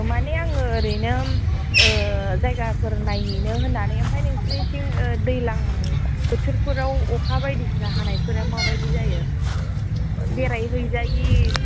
माने आङो ओरैनो जायगाफोर नायहैनो होन्नानै ओमफ्राय नोंसोरनिथिं दैज्लां बोथोरफोराव अखा बायदिसिना हानायफोरा माबायदि जायो बेरायहैजायि